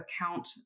account